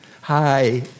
Hi